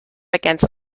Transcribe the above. against